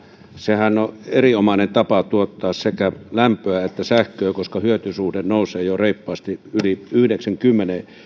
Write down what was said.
sehän on erinomainen tapa tuottaa sekä lämpöä että sähköä koska hyötysuhde nousee reippaasti jo yli yhdeksänkymmenen